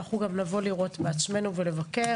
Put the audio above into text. גם נבוא לראות בעצמנו ולבקר.